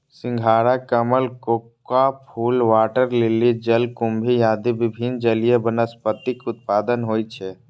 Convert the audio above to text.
सिंघाड़ा, कमल, कोका फूल, वाटर लिली, जलकुंभी आदि विभिन्न जलीय वनस्पतिक उत्पादन होइ छै